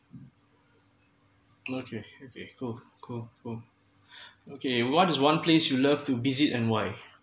okay okay cool cool okay what is one place you love to visit and why